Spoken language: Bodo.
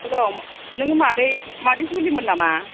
हेलौ नों मादै मादै जुलिमोन नामा